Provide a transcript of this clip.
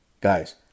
Guys